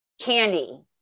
Candy